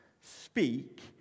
speak